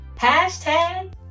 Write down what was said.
hashtag